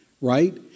right